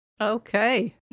Okay